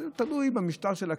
זה תלוי במשטר של הכנסת.